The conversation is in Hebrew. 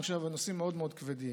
אני חושב שאלה נושאים מאוד מאוד כבדים.